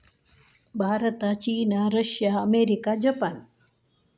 Bharat China Russia America Japan